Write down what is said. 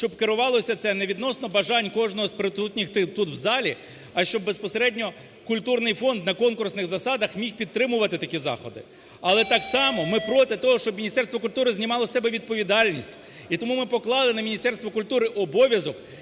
щоб керувалося це не відносно бажань кожного з присутніх тут в залі, а щоб безпосередньо культурний фонд на конкурсних засадах міг підтримувати такі заходи. Але так само ми проти того, щоб Міністерство культури знімало з себе відповідальність, і тому ми поклали на Міністерство культури обов'язок